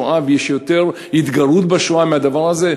יש יותר זילות לשואה ויש יותר התגרות בשואה מהדבר הזה?